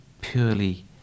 purely